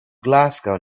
glasgow